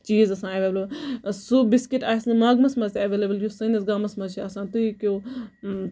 چیٖز اَسان اٮ۪وٮ۪لیبٔل سُہ بِسکِٹ آسہِ نہٕ ماگمَس منٛز تہِ اٮ۪ویلیبٔل یُس سٲنِس گامَس منٛز چھُ آسان تہٕ تُہۍ ہیٚکِو